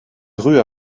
rues